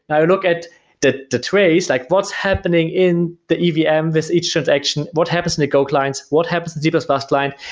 and i look at the the trace, like what's happening in the the evm, this each sort of action, what happens in the go clients, what happens to c plus plus client?